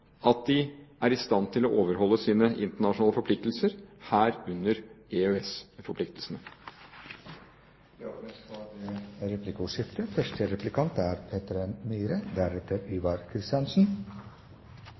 at de er i stand til å overholde sine internasjonale forpliktelser, herunder EØS-forpliktelsene. Det blir replikkordskifte. Utenriksministeren nevnte Østersjøsamarbeidet, og de tre baltiske landene er